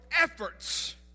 efforts